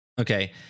okay